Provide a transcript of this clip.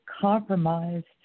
compromised